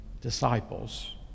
disciples